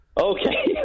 Okay